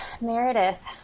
Meredith